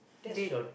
dead